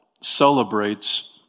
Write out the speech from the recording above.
celebrates